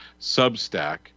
substack